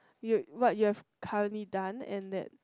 you what you have currently done and that